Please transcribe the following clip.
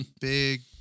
big